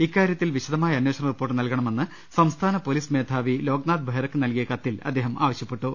ഇക്കാര്യ ത്തിൽ വിശദമായ അന്വേഷണ റിപ്പോർട്ട് നൽകണമെന്ന് സംസ്ഥാന പൊലീസ് മേധാവി ലോക്നാഥ് ബെഹ്റയ്ക്ക് നൽകിയ കത്തിൽ അദ്ദേഹം വ്യക്തമാക്കി